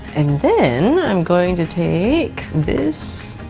and then, i'm going to take. this.